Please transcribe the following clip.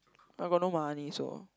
but I got no money so